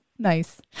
Nice